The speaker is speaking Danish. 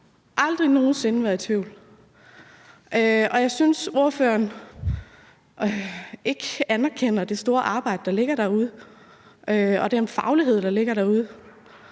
aldrig nogen sinde været i tvivl. Jeg synes, at ordføreren ikke anerkender det store arbejde og den faglighed, der ligger derude.